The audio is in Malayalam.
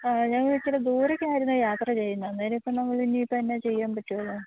ആ ഞങ്ങൾ ഇച്ചിരി ദൂരെക്കായിരുന്നു യാത്ര ചെയ്യുന്നത് അന്നേരം ഇപ്പം നമ്മളിനി ഇപ്പം എന്നാ ചെയ്യാന് പറ്റും അത്